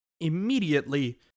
immediately